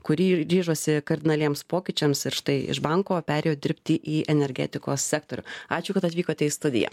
kuri ir ryžosi kardinaliems pokyčiams ir štai iš banko perėjo dirbti į energetikos sektorių ačiū kad atvykote į studiją